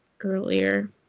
earlier